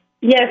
Yes